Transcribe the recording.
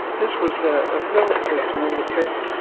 this was a relatively small effect.